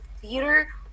theater